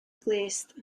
glust